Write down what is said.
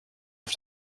auf